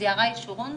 אז יערה ישורון,